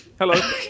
hello